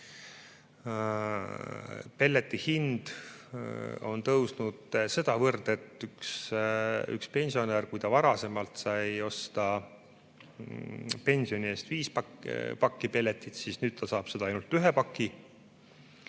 Pelleti hind on tõusnud sedavõrd, et kui üks pensionär sai varasemalt osta pensioni eest viis pakki pelletit, siis nüüd ta saab seda ainult ühe paki.